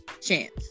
chance